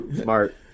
smart